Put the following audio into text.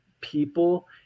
people